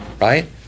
right